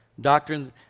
doctrines